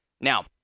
Now